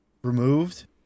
Removed